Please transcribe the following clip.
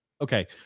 Okay